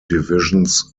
divisions